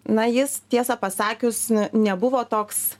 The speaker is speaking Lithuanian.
na jis tiesą pasakius nebuvo toks